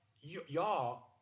Y'all